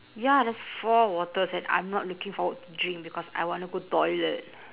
ya there's four waters and I'm not looking forward to drink because I wanna go toilet